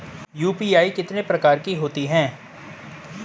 UPI कितने प्रकार की होती हैं?